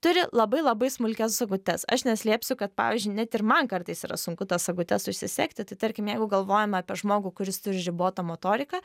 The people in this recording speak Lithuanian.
turi labai labai smulkias sagutes aš neslėpsiu kad pavyzdžiui net ir man kartais yra sunku tas sagutes užsisegti tai tarkim jeigu galvojame apie žmogų kuris turi ribotą motoriką